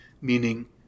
meaning